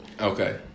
Okay